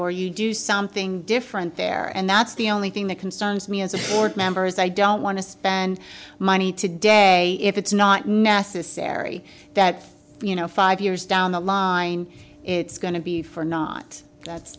or you do something different there and that's the only thing that concerns me as a fourth members i don't want to spend money today if it's not necessary that you know five years down the law and it's going to be for not that's